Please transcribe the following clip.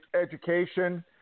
education